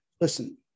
Listen